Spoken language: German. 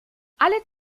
alle